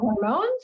hormones